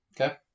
Okay